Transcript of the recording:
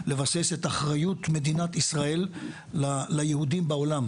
לבסס את אחריות מדינת ישראל ליהודים בעולם,